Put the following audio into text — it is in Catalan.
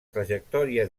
trajectòria